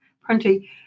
Prunty